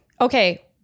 Okay